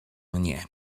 mnie